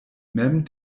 mem